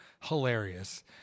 Hilarious